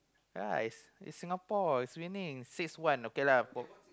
guys it's Singapore it's raining six one okay lah for